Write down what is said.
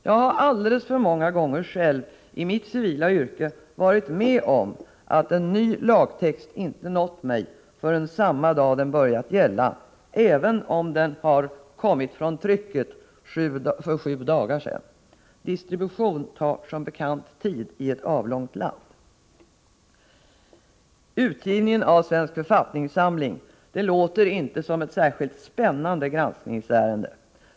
Jag har alldeles för många gånger själv i mitt civila yrke varit med om att ny lagtext inte nått mig förrän samma dag den börjat gälla även om den kommit från trycket för sju dagar sedan. Distribution tar som bekant tid i ett avlångt land. Utgivningen av Svensk författningssamling — det låter inte som ett särskilt spännande granskningsärende.